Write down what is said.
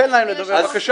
תן להם לדבר, בבקשה.